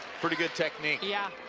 pretty good technique. yeah